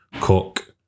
Cook